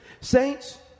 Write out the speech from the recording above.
saints